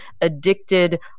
addicted